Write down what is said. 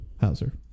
Hauser